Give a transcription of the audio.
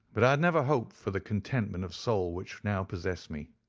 but i had never hoped for the contentment of soul which now possessed me.